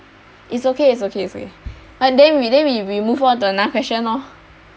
is okay is okay is okay but then we then we we move on to another question lor